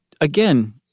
again